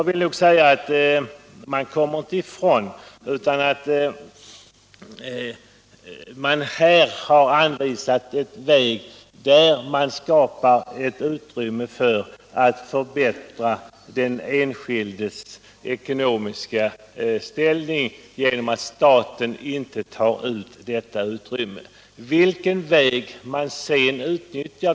Man kan inte komma ifrån att vi på detta sätt skapar utrymme för att förbättra den enskildes ekonomiska ställning. Sedan är det en annan sak hur dessa 1,5 96 skall utnyttjas.